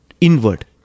inward